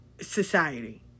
society